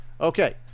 Okay